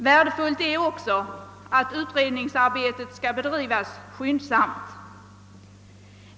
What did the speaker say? Värdefullt är också att utredningsarbetet skall bedrivas skyndsamt.